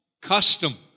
custom